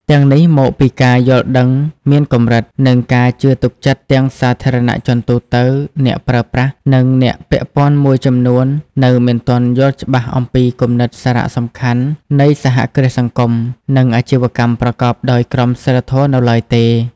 ទាំងនេះមកពីការយល់ដឹងមានកម្រិត និងការជឿទុកចិត្តទាំងសាធារណជនទូទៅ អ្នកប្រើប្រាស់ និងអ្នកពាក់ព័ន្ធមួយចំនួននៅមិនទាន់យល់ច្បាស់អំពីគំនិតសារៈសំខាន់នៃសហគ្រាសសង្គម និងអាជីវកម្មប្រកបដោយក្រមសីលធម៌នៅឡើយទេ ។